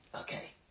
Okay